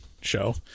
show